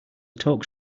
talk